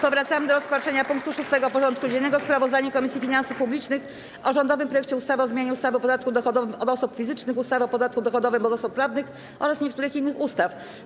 Powracamy do rozpatrzenia punktu 6. porządku dziennego: Sprawozdanie Komisji Finansów Publicznych o rządowym projekcie ustawy o zmianie ustawy o podatku dochodowym od osób fizycznych, ustawy o podatku dochodowym od osób prawnych oraz niektórych innych ustaw.